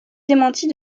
démentit